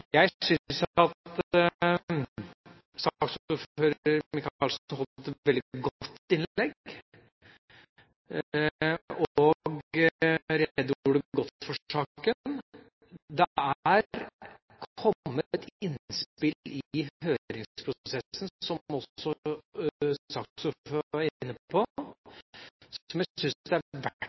holdt et veldig godt innlegg og redegjorde godt for saken. Det er kommet innspill i høringsprosessen, som også saksordføreren var inne på, som jeg synes det er verdt